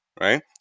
right